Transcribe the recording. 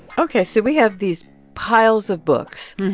ok, so we have these piles of books.